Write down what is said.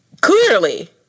clearly